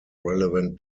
relevant